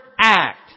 act